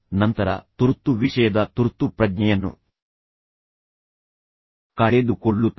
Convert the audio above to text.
ನಂತರ ತುರ್ತು ವಿಷಯದ ತುರ್ತು ಪ್ರಜ್ಞೆಯನ್ನು ಕಳೆದುಕೊಳ್ಳುತ್ತದೆ